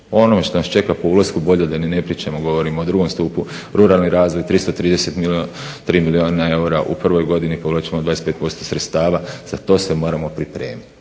Ono što nas čeka po ulasku bolje da ni ne pričamo, govorim o drugom stupu ruralni razvoj 333 milijuna eura u prvoj godini, povlačimo 25% sredstava, za to se moramo pripremiti.